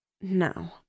No